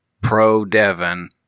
Pro-Devon